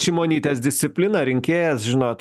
šimonytės disciplina rinkėjas žinot